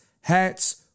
hats